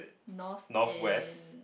north is